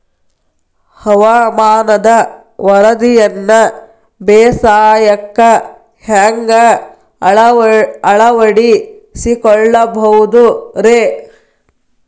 ಹವಾಮಾನದ ವರದಿಯನ್ನ ಬೇಸಾಯಕ್ಕ ಹ್ಯಾಂಗ ಅಳವಡಿಸಿಕೊಳ್ಳಬಹುದು ರೇ?